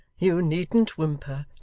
you needn't whimper.